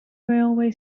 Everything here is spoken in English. railway